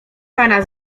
pana